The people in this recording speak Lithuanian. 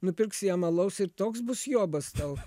nupirksi jam alaus ir toks bus jobas tau